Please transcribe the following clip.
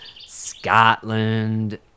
Scotland